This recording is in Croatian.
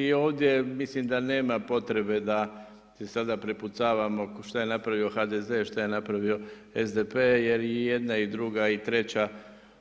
I ovdje mislim da nema potrebe da se sada prepucavamo šta je napravio HDZ, šta je napravio SDP jer i jedna i druga i treća